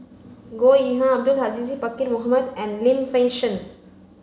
Goh Yihan Abdul Aziz Pakkeer Mohamed and Lim Fei Shen